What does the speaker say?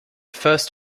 first